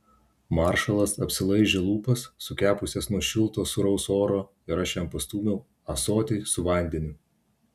maršalas apsilaižė lūpas sukepusias nuo šilto sūraus oro ir aš jam pastūmiau ąsotį su vandeniu